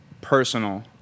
personal